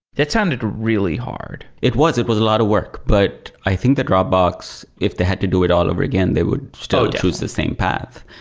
that sounded really hard it was. it was a lot of work, but i think that dropbox, if they had to do it all over again, they would still choose the same path.